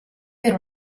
per